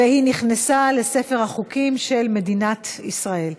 והיא נכנסה לספר החוקים של מדינת ישראל.